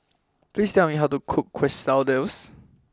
please tell me how to cook Quesadillas